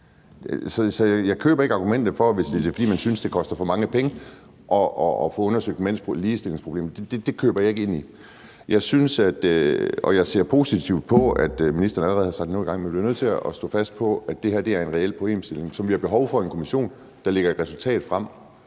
Så jeg køber ikke argumentet, at man synes, det koster for mange penge at få undersøgt mænds ligestillingsproblemer. Det køber jeg ikke. Jeg synes, det er positivt, at ministeren allerede har sat noget i gang, men jeg bliver nødt til at stå fast på, at det her er en reel problemstilling, så vi har behov for en kommission, der lægger et resultat frem,